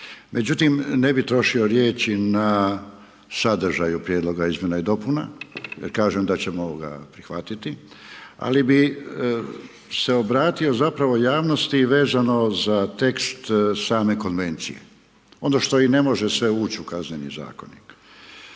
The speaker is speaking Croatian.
Međutim, ne bi trošio riječi na sadržaj o prijedlogu izmjena i dopuna da kažem da ćemo prihvatiti, ali bi se obratio zapravo javnosti, vezano za tekst same konvencije ono što i ne može se ući u kazneni zakon.